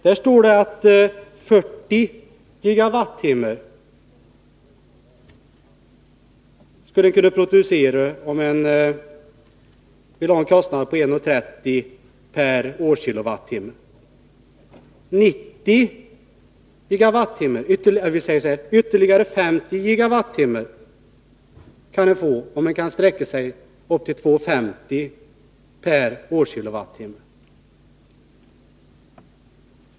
Där står det att 40 GWh skulle kunna produceras om man vill godta en kostnad av 1:30 per årskilowattimme. Man kan få ytterligare 50 GWh om man kan sträcka sig upp till 2:50 per årskilowattimme.